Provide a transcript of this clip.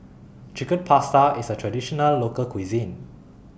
Chicken Pasta IS A Traditional Local Cuisine